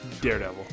Daredevil